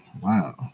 Wow